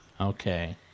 Okay